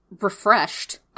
Refreshed